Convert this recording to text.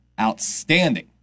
outstanding